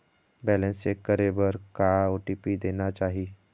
Balance check करे बर का ओ.टी.पी देना चाही?